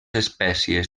espècies